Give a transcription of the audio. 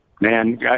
Man